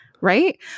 right